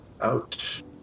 Ouch